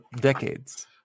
decades